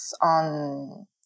on